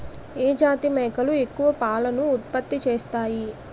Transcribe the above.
ఏ జాతి మేకలు ఎక్కువ పాలను ఉత్పత్తి చేస్తాయి?